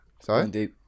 Sorry